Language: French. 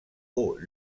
aux